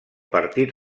partit